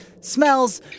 smells